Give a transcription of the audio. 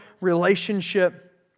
relationship